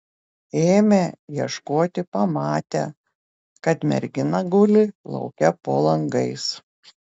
ėmę ieškoti pamatę kad mergina guli lauke po langais